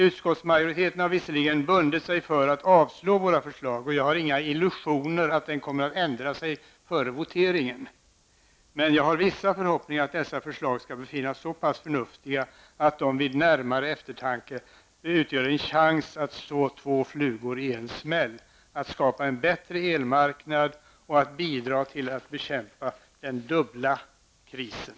Utskottsmajoriteten har visserligen bundit sig för att avslå våra förslag, och jag har inga illusioner om att den kommer att ändra sig före voteringen. Jag har dock vissa förhoppningar om att dessa förslag skall befinnas så pass förnuftiga att man vid närmare eftertanke finner att de utgör en chans att slå två flugor i en smäll -- att skapa en bättre elmarknad och att bidra till bekämpandet av den dubbla krisen.